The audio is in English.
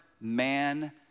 man